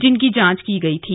जिनकी जांच की गई थी